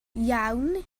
iawn